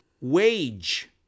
Wage